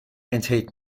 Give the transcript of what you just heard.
enthält